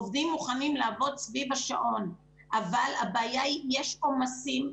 עובדים מוכנים לעבוד סביב השעון אבל יש עומסים.